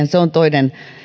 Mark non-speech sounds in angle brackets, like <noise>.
<unintelligible> se on toinen